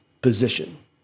position